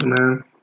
man